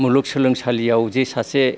मुलुग सोलोंसालियाव जे सासे